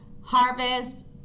Harvest